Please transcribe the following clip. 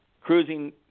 cruising